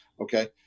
Okay